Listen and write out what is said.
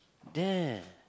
there